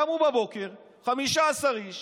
קמו בבוקר 15 איש